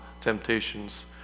temptations